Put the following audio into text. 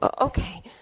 okay